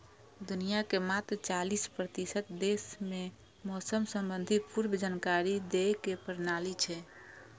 दुनिया के मात्र चालीस प्रतिशत देश मे मौसम संबंधी पूर्व जानकारी दै के प्रणाली छै